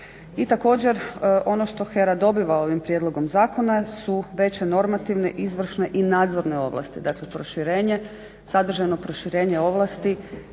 I također, ono što HERA dobiva ovim prijedlogom zakona su veće normativne, izvršne i nadzorne ovlasti. Dakle, proširenje, sadržajno proširenje ovlasti